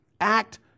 act